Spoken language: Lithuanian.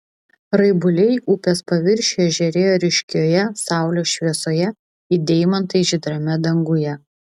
raibuliai upės paviršiuje žėrėjo ryškioje saulės šviesoje it deimantai žydrame danguje